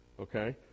Okay